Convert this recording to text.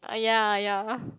ya ya